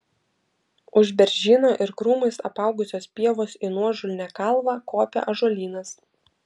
už beržyno ir krūmais apaugusios pievos į nuožulnią kalvą kopė ąžuolynas